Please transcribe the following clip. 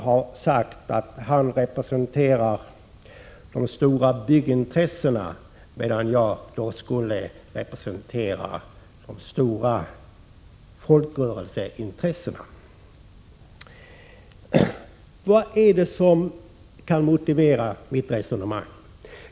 Han pekar på att jag sagt att han representerar de stora 26 november 1986 byggintressena medan jag skulle representera de stora folkrörelseintressseenaa.. Z— Vad är det då som kan motivera mitt resonemang?